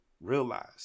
Realize